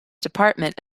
department